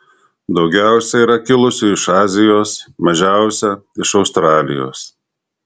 daugiausiai yra kilusių iš azijos mažiausia iš australijos